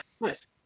Nice